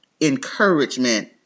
encouragement